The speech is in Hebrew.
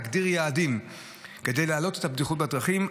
תגדיר יעדים כדי להעלות את הבטיחות בדרכים.